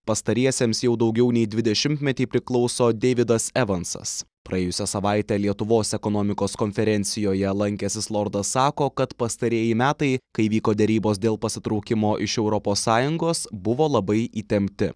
pastariesiems jau daugiau nei dvidešimtmetį priklauso deividas evansas praėjusią savaitę lietuvos ekonomikos konferencijoje lankęsis lordas sako kad pastarieji metai kai vyko derybos dėl pasitraukimo iš europos sąjungos buvo labai įtempti